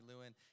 Lewin